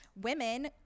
women